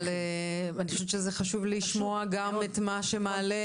אבל אני חושבת שזה חשוב לשמוע גם את מה שמעלה